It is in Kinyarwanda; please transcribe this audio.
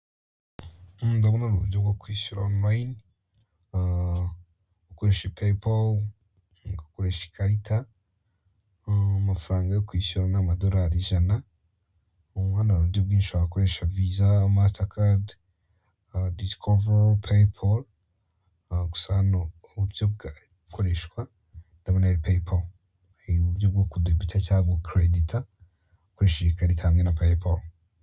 Uburyo bwo kwishyura online ukoresheje paypall, cyangwa ugakoresha ikarita. amafaranga yo kwishyura ni amadorari ijana, hari uburyo bwo kwishyira ukoresheje: VISA, MASTERCARD, DISCOVER, PAYPALL. gusa hano uburyo bwakoreshejwe ni paypall. ni uburyo bwo keredita cyangwa kudebita ukoresheje paypall.